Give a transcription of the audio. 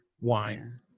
wine